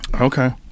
okay